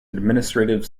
administrative